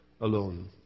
alone